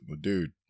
dude